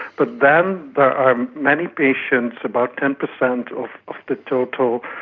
but then there are many patients, about ten percent of the total,